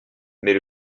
mais